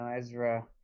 Ezra